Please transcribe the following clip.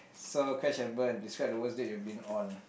so patch and burn describe the worst day you've been on